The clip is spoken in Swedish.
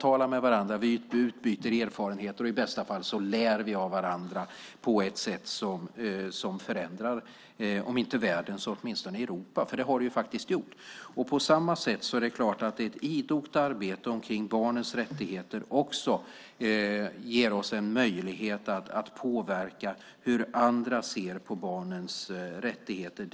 Vi samtalar med varandra, vi utbyter erfarenheter och i bästa fall lär vi av varandra på ett sätt som förändrar om inte världen så åtminstone Europa. Det har det faktiskt gjort. På samma sätt är det klart att ett idogt arbete för barnens rättigheter också ger oss en möjlighet att påverka hur andra ser på barnens rättigheter.